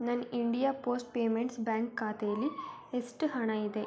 ನನ್ನ India post payments bank ಖಾತೇಲಿ ಎಷ್ಟ್ ಹಣ ಇದೆ